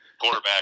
Quarterback